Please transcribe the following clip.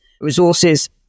resources